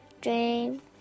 dream